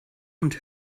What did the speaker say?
und